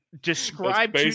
Describe